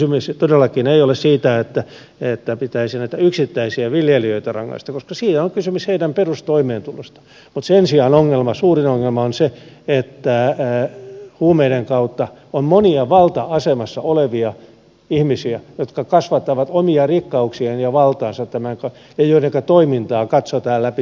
kysymys todellakaan ei ole siitä että pitäisi näitä yksittäisiä viljelijöitä rangaista koska siinä on kysymys heidän perustoimeentulostaan mutta sen sijaan suurin ongelma on se että huumeiden kautta on monia valta asemassa olevia ihmisiä jotka kasvattavat omia rikkauksiaan ja valtaansa ja joidenka toimintaa katsotaan läpi sormien